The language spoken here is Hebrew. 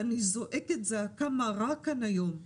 ואני זועקת זעקה מרה כאן היום,